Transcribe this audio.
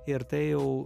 ir tai jau